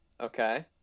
okay